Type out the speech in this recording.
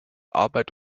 arbeit